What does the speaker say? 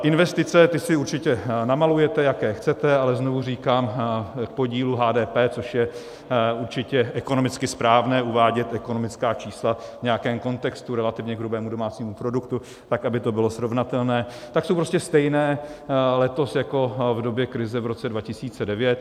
Investice, ty si určitě namalujete, jaké chcete, ale znovu říkám k podílu HDP, což je určitě ekonomicky správné uvádět ekonomická čísla v nějakém kontextu relativně k hrubému domácímu produktu tak, aby to bylo srovnatelné, tak jsou prostě stejné letos jako v době krize v roce 2009.